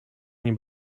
nie